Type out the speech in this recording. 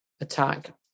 attack